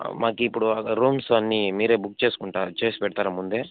మాకు ఇప్పుడు రూమ్సన్నీ మీరే బుక్ చేసుకుంటారా చేసి పెడతారా ముందే